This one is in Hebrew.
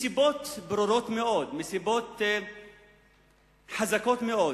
מסיבות ברורות מאוד, מסיבות חזקות מאוד.